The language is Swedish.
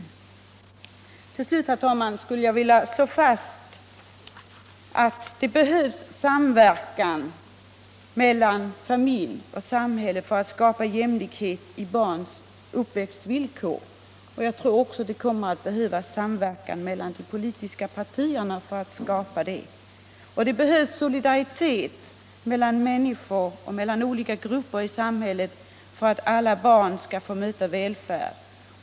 Till slut, herr talman, skulle jag vilja slå fast att det behövs samverkan mellan familj och samhälle för att skapa jämlikhet i barns uppväxtvillkor. Jag tror också att det kommer att behövas samverkan mellan de politiska partierna för detta. Och det behövs solidaritet mellan människor och mellan olika grupper i samhället för att alla barn skall få möta välfärd.